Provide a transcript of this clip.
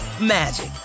magic